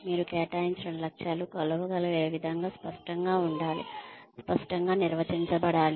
మీరు కేటాయించిన లక్ష్యాలు కొలవగలిగే విధంగా స్పష్టంగా ఉండాలి స్పష్టంగా నిర్వచించబడాలి